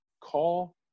call